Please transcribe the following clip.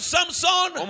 Samson